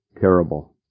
terrible